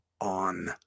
on